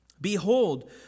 Behold